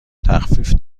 تخفیف